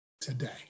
today